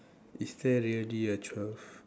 is there really a twelfth